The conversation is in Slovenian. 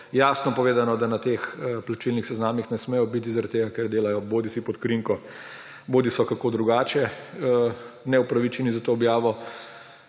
jasno povedano, da na teh plačilnih seznamih ne smejo biti zaradi tega, ker delajo bodisi pod krinko bodi so kako drugače neupravičeni za to objavo.